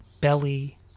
belly